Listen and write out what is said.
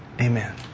Amen